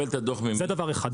זה דבר אחד.